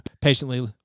patiently